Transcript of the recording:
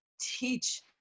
teach